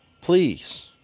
please